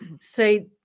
say